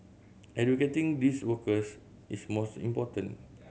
educating these workers is most important